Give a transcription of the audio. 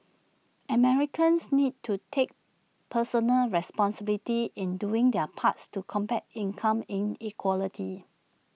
Americans need to take personal responsibility in doing their parts to combat income inequality